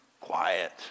quiet